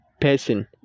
person